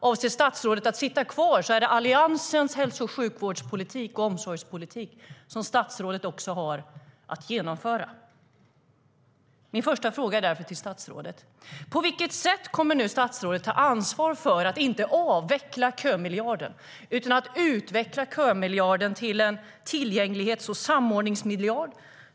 Avser statsrådet att sitta kvar är det Alliansens hälso och sjukvårdspolitik och omsorgspolitik som statsrådet har att genomföra. Min första fråga till statsrådet är därför: På vilket sätt kommer statsrådet att ta ansvar för att inte avveckla kömiljarden utan utveckla den till en tillgänglighets och samordningsmiljard?